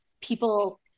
people